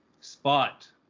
spot